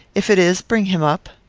if it is, bring him up.